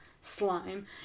slime